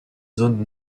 zone